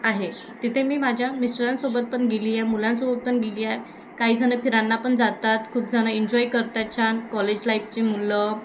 आहे तिथे मी माझ्या मिस्टरांसोबत पण गेली आहे मुलांसोबत पण गेली आहे काहीजण फिरायला पण जातात खूप जणं एन्जॉय करतात छान कॉलेज लाईफची मुलं